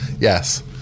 Yes